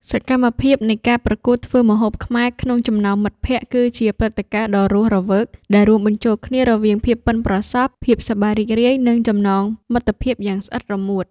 សកម្មភាពនៃការប្រកួតធ្វើម្ហូបខ្មែរក្នុងចំណោមមិត្តភក្តិ គឺជាព្រឹត្តិការណ៍ដ៏រស់រវើកដែលរួមបញ្ចូលគ្នារវាងភាពប៉ិនប្រសប់ ភាពសប្បាយរីករាយ និងចំណងមិត្តភាពយ៉ាងស្អិតរមួត។